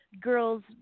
girls